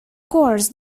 course